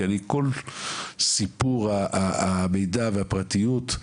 כי כל סיפור המידע והפרטיות,